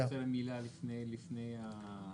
רק מילה לפני ההצבעה.